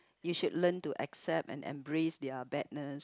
you should learn to accept and embrace their badness